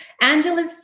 Angela's